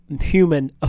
human